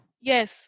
Yes